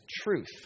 truth